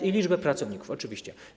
i na liczbie pracowników, oczywiście.